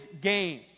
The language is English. game